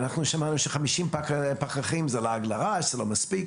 שמענו ש-50 פקחים זה לעג לרש, זה לא מספיק.